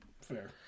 Fair